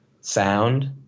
sound